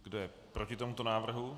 Kdo je proti tomuto návrhu?